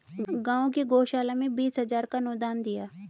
गांव की गौशाला में बीस हजार का अनुदान दिया